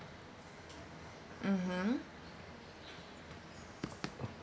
mmhmm